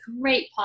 great